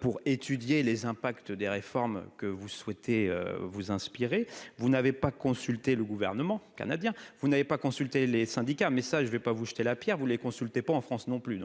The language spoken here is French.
pour étudier les impacts des réformes que vous souhaitez vous inspirer, vous n'avez pas consulté, le gouvernement canadien, vous n'avez pas consulté les syndicats, mais ça, je ne vais pas vous jeter la Pierre, vous voulez consulter pas en France non plus,